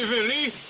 willie?